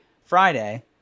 friday